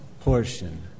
portion